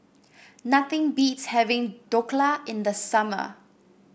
nothing beats having Dhokla in the summer